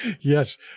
Yes